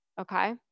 Okay